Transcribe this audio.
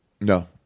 No